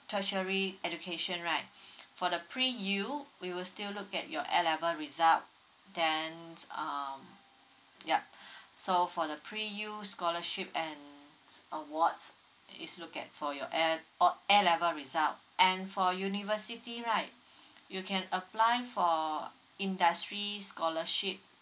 tertiary education right for the pre U we will still look at your A level result then uh yup so for the pre U scholarship and awards is look at for your A uh A level result and for university right you can apply for industry scholarship